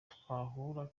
twahura